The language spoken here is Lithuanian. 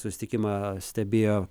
susitikimą stebėjo